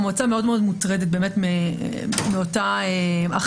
המועצה מאוד מאוד מוטרדת באמת מאותה החרגה,